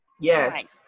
Yes